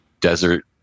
desert